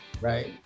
Right